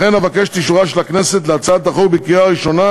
לכן אבקש את אישורה של הכנסת להצעת החוק בקריאה ראשונה